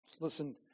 Listen